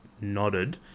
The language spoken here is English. nodded